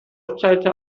website